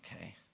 okay